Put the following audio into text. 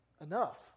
enough